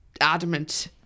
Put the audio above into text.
adamant